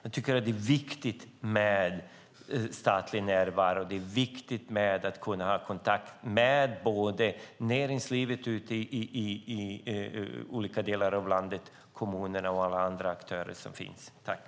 Jag tycker att det är viktigt med statlig närvaro. Det är viktigt att kunna ha kontakt med näringslivet, kommuner och alla andra aktörer i olika delar av landet.